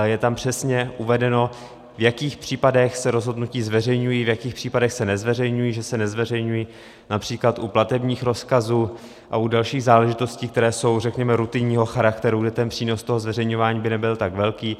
Je tam přesně uvedeno, v jakých případech se rozhodnutí zveřejňují, v jakých případech se nezveřejňují, že se nezveřejňují např. u platebních rozkazů a u dalších záležitostí, které jsou, řekněme, rutinního charakteru, kde přínos toho zveřejňování by nebyl tak velký.